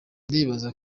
ndibaza